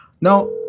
Now